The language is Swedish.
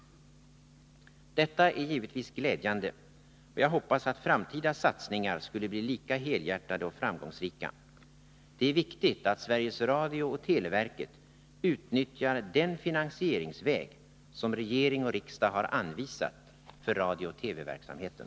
Detta är givetvis glädjande, och jag hoppas att framtida satsningar skulle bli lika helhjärtade och framgångsrika. Det är viktigt att Sveriges Radio och televerket utnyttjar den finansieringsväg som regering och riksdag har anvisat för radiooch TV-verksamheten.